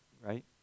right